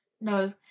no